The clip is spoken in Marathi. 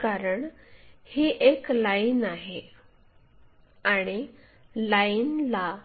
कारण ही एक लाईन आहे आणि लाईनला